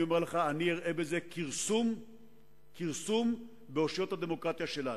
אני אראה בזה כרסום באושיות הדמוקרטיה שלנו.